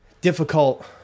difficult